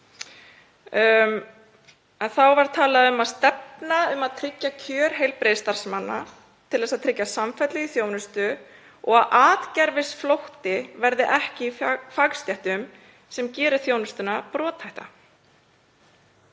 var talað um, með leyfi forseta: „[…] að tryggja kjör heilbrigðisstarfsmanna til þess að tryggja samfellu í þjónustu og að atgervisflótti verði ekki í fagstéttum sem geri þjónustuna brothætta.“